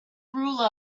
rule